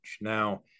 Now